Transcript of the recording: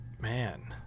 man